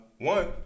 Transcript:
one